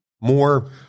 more